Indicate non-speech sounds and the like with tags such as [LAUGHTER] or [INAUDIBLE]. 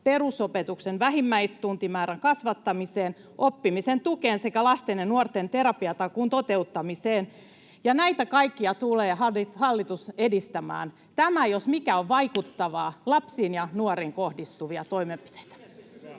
perusopetuksen vähimmäistuntimäärän kasvattamiseen, oppimisen tukeen sekä lasten ja nuorten terapiatakuun toteuttamiseen. Näitä kaikkia tulee hallitus edistämään, [NOISE] ja nämä jos mitkä ovat vaikuttavia lapsiin ja nuoriin kohdistuvia toimenpiteitä.